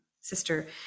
sister